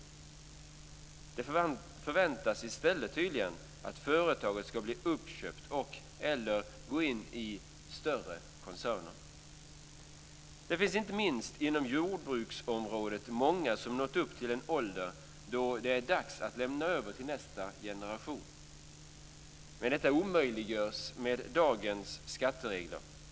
I stället förväntas det tydligen att företagen ska bli uppköpta och/eller gå upp i större koncerner. Det finns inte minst inom jordbruksområdet många som har nått upp till en ålder då det är dags att lämna över till nästa generation. Detta omöjliggörs med dagens skatteregler.